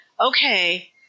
Okay